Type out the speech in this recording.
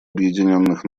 объединенных